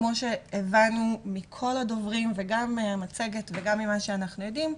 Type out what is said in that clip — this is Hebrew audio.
כמו שהבנו מכל הדוברים וגם מהמצגת וגם ממה שאנחנו יודעים,